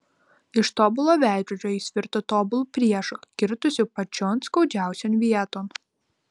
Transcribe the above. iš tobulo veidrodžio jis virto tobulu priešu kirtusiu pačion skaudžiausion vieton